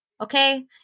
okay